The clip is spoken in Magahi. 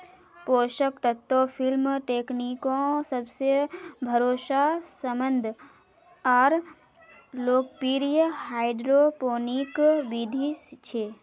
पोषक तत्व फिल्म टेकनीक् सबसे भरोसामंद आर लोकप्रिय हाइड्रोपोनिक बिधि छ